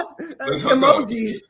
emojis